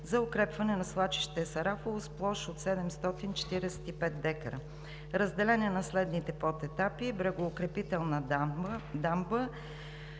за укрепване на свлачище Сарафово с площ от 745 декара. Разделен е на следните подетапи: - брегоукрепителна дамба